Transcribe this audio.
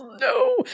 No